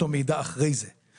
טרום-אמבולנסית נקרא לזה אפילו.